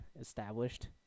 established